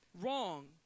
wrong